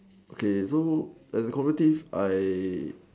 okay so the common things I